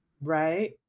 Right